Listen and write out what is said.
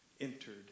entered